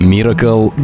Miracle